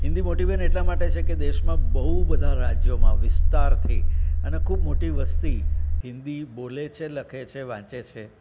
હિન્દી મોટી બેન એટલા માટે છે કે દેશમાં બહુ બધા રાજ્યોમાં વિસ્તારથી અને ખૂબ મોટી વસ્તી હિન્દી બોલે છે લખે છે વાંચે છે